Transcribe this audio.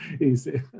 easy